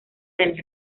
del